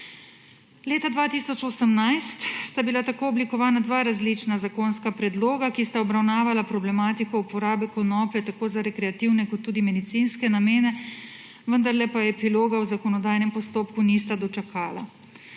Leta 2018 sta bila tako oblikovana dva različna zakonska predloga, ki sta obravnavala problematiko uporabe konoplje tako za rekreativne kot tudi medicinske namene, vendarle pa epiloga v zakonodajnem postopku nista dočakala.